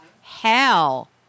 hell